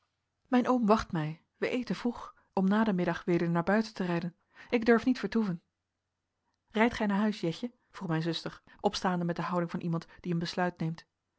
mijn oom wacht mij wij eten vroeg en na den middag weder naar buiten te rijden ik durf niet vertoeven rijdt gij naar huis jetje vroeg mijn zuster opstaande met de houding van iemand die een besluit neemt